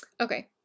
okay